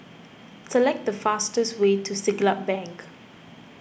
select the fastest way to Siglap Bank